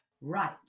Right